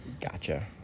Gotcha